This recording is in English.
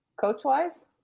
Coach-wise